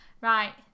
Right